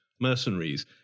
mercenaries